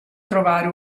trovare